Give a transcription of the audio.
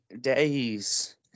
days